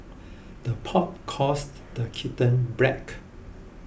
the pot calls the kitten black